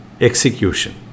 execution